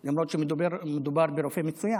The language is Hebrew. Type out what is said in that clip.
למרות שמדובר ברופא מצוין.